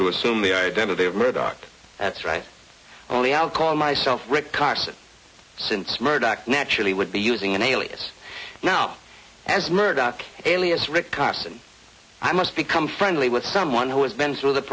to assume the identity of murdoch that's right only i'll call myself rick carson since murdoch naturally would be using an alias now as murdoch alias rick carson i must become friendly with someone who has been through the